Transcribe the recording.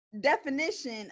definition